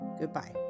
Goodbye